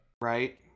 Right